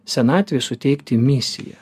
senatvėj suteikti misiją